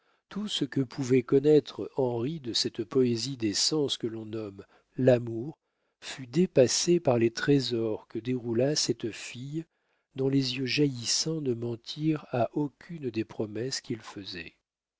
tout ce que pouvait connaître henri de cette poésie des sens que l'on nomme l'amour fut dépassé par les trésors que déroula cette fille dont les yeux jaillissants ne mentirent à aucune des promesses qu'ils faisaient